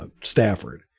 Stafford